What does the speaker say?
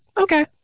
okay